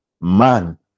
Man